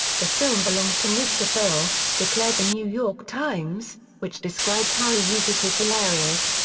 the film belongs to mr. ferrell, declared the new york times, which described how he uses his hilarious,